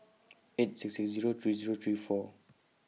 eight six six Zero three Zero three four